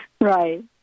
Right